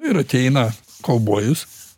ir ateina kaubojus